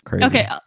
okay